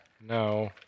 No